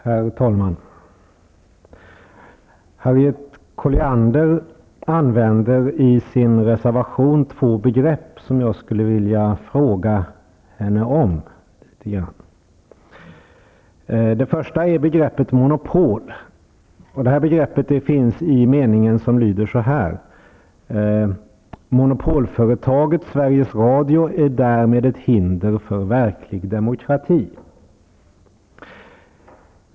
Herr talman! Harriet Colliander använder i sin reservation två begrepp som jag skulle vilja fråga henne om. Det första är begreppet monopol. Detta begrepp finns i meningen: ''Monopolföretaget Sveriges Radio är därmed ett hinder för verklig demokrati.''